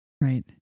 Right